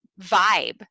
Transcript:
vibe